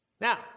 Now